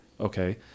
Okay